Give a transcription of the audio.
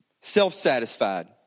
self-satisfied